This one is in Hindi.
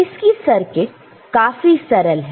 इसकी सर्किट काफी सरल है